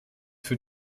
für